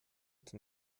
zum